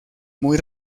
muy